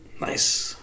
Nice